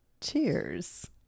cheers